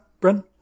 Bren